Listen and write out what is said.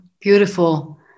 Beautiful